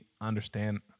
understand